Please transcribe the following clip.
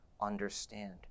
understand